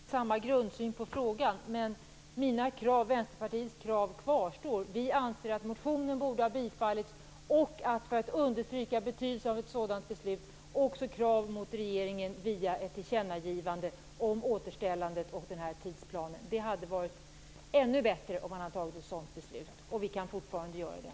Fru talman! Det är bra att vi har samma grundsyn på frågan, Jan Bergqvist. Men mina och Vänsterpartiets krav kvarstår. Vi anser att motionen borde bifallas. För att understryka betydelsen av ett sådant beslut anser vi också att det skulle vara ett krav gentemot regeringen via ett tillkännagivande om återställandet och tidsplanen. Det hade varit ännu bättre om man hade fattat ett sådant beslut, och vi kan fortfarande göra det.